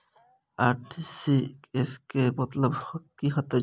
RTGS केँ मतलब की हएत छै?